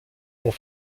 ont